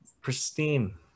pristine